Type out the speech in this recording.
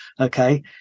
okay